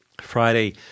Friday